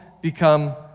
become